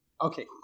Okay